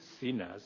sinners